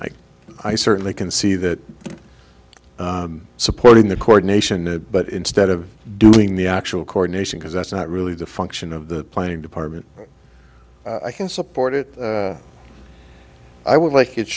like i certainly can see that supporting the coordination but instead of doing the actual coordination because that's not really the function of the planning department i can support it i would like it